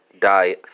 die